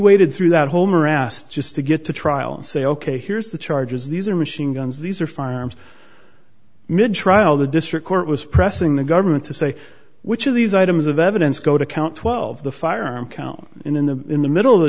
waited through that whole morass just to get to trial and say ok here's the charges these are machine guns these are firearms mid trial the district court was pressing the government to say which of these items of evidence go to count twelve the firearm count in the in the middle of the